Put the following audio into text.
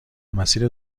مسیر